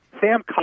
Sam